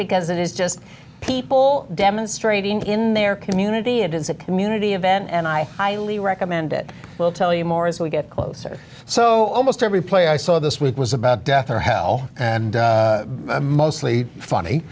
because it is just people demonstrating in their community and it's a community event and i highly recommend it we'll tell you more as we get closer so almost every play i saw this week was about death or hell and mostly funny